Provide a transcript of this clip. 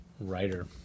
writer